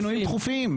על פינויים דחופים.